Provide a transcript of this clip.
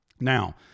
Now